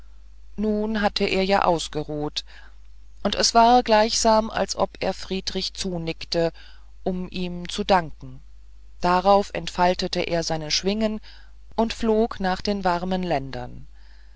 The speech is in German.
nun hatte er ja ausgeruht und es war gleichsam als ob er friedrich zunickte um ihm zu danken darauf entfaltete er seine schwingen und flog nach den warmen ländern